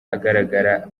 agaragara